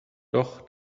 doch